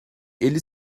elli